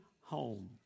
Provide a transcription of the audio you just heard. home